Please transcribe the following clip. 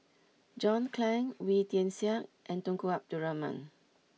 John Clang Wee Tian Siak and Tunku Abdul Rahman